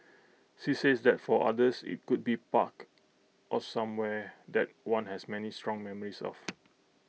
she says that for others IT could be park or somewhere that one has many strong memories of